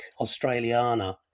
Australiana